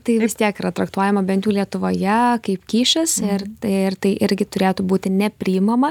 tai vis tiek yra traktuojama bent jau lietuvoje kaip kyšis ir tai ir tai irgi turėtų būti nepriimama